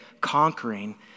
conquering